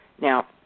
Now